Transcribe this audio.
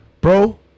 Bro